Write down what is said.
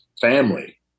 family